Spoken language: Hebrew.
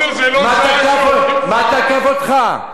08:00 זו לא שעה, מה תקף אותך?